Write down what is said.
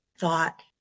thought